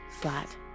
flat